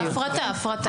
הפרטה, הפרטה.